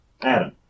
Adam